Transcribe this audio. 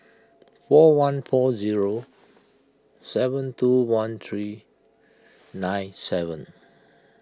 four one four zero seven two one three nine seven